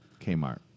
Kmart